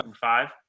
five